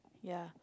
ya